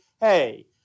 hey